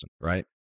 right